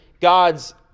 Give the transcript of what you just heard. God's